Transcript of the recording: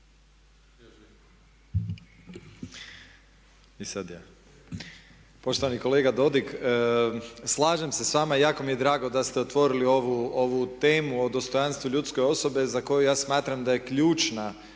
(HRAST)** Poštovani kolega Dodig, slažem se s vama i jako mi je drago da ste otvorili ovu temu o dostojanstvu ljudske osobe za koju ja smatram da je ključna